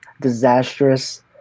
disastrous